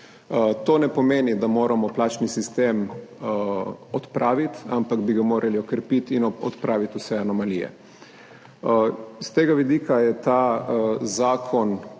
To ne pomeni, da moramo plačni sistem odpraviti, ampak bi ga morali okrepiti in odpraviti vse anomalije. S tega vidika je ta zakon